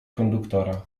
konduktora